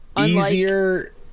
Easier